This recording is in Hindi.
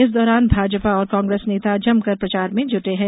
इस दौरान भाजपा और कांग्रेस नेता जमकर प्रचार में जुटे हैं